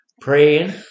praying